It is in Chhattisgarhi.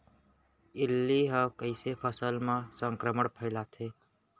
इल्ली ह कइसे फसल म संक्रमण फइलाथे?